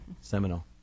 Seminole